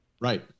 Right